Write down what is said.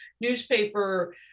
newspaper